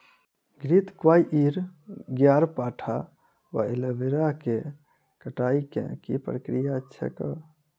घृतक्वाइर, ग्यारपाठा वा एलोवेरा केँ कटाई केँ की प्रक्रिया छैक?